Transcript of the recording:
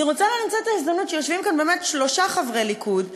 אני רוצה לנצל את ההזדמנות שיושבים כאן באמת שלושה חברי ליכוד,